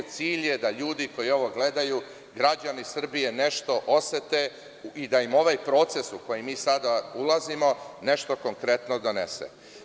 Cilj je da ljudi koji ovo gledaju, građani Srbije nešto osete i da im ovaj proces u koji sada ulazimo nešto konkretno donese.